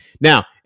Now